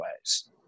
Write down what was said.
ways